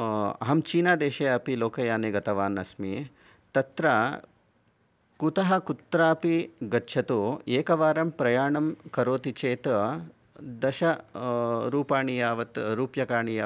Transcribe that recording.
अहं चीना देशे अपि लोकयाने गतवान् अस्मि तत्र कुतः कुत्रापि गच्छतु एकवारं प्रयाणं करोति चेत् दश रुपाणि यावत् रूप्यकाणि